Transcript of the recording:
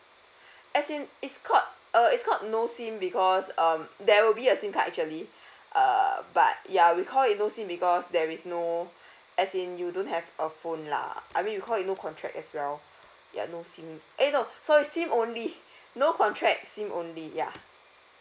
as in it's called uh it's called no SIM because um there will be a SIM card actually uh but ya we call it no SIM because there is no as in you don't have a phone lah I mean we call it no contract as well ya no SIM eh no sorry SIM only no contract SIM only ya